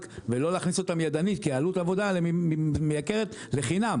ולא להכניס אותם ידנית כי עלות העבודה מייקרת לחינם.